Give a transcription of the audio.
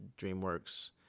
DreamWorks